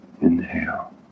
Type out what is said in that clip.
inhale